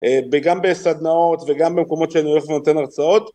וגם בסדנאות וגם במקומות שאני הולך ונותן הרצאות.